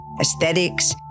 aesthetics